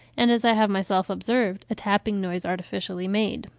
and, as i have myself observed, a tapping noise artificially made.